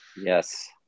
Yes